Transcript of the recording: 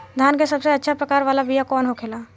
धान के सबसे अच्छा प्रकार वाला बीया कौन होखेला?